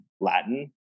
Latin